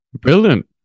Brilliant